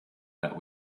that